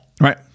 Right